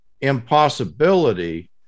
impossibility